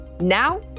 Now